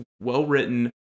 well-written